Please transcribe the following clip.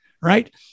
right